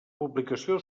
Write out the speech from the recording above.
publicació